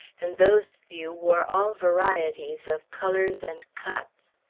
and those few wore all varieties of colors and cuts.